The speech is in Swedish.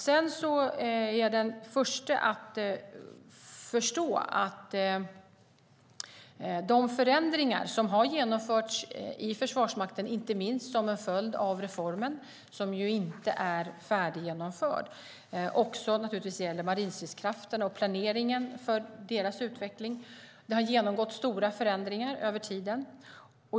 Jag är den förste att förstå att de förändringar som har genomförts i Förvarsmakten inte minst som en följd av reformen, som inte är färdiggenomförd, också gäller marinstridskrafterna och planeringen för deras utveckling. De har genomgått stora förändringar över tiden.